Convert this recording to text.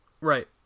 Right